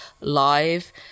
live